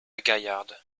gaillarde